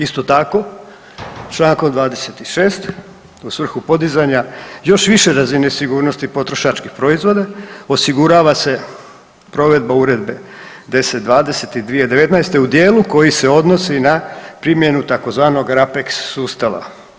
Isto tako čl. 26. u svrhu podizanja još više razine sigurnosti potrošačkih proizvoda osigurava se provedba Uredbe 1020/2019 u djelu koji se odnosi na primjenu tzv. RAPEX sustava.